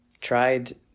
tried